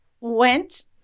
went